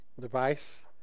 device